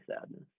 sadness